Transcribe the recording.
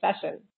session